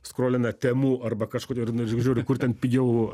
skrolina temu arba kažkur ir žiūr žiūri kur ten pigiau